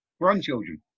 grandchildren